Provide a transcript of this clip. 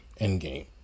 Endgame